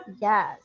yes